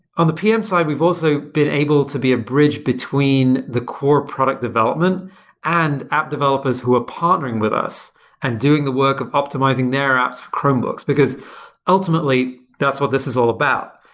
on the pm side, we've also been able to be a bridge between the core product development and app developers who are partnering with us and doing the work of optimizing their apps for chromebooks, because ultimately, that's what this is all about,